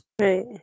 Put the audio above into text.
Right